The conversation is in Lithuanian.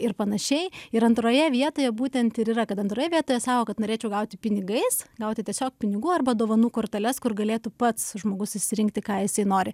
ir panašiai ir antroje vietoje būtent ir yra kad antroje vietoje sako kad norėčiau gauti pinigais gauti tiesiog pinigų arba dovanų korteles kur galėtų pats žmogus išsirinkti ką jisai nori